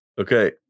Okay